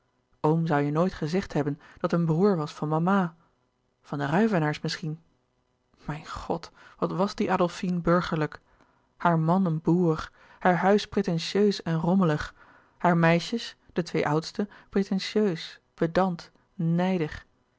oom zoû je nooit gezegd hebben dat een broêr was van mama van de ruyvenaers misschien mijn god wat was die adolfine burgerlijk haar man een boer haar huis pretentieus en rommelig haar meisjes de twee oudste pretentieus pedant